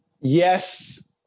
Yes